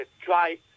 try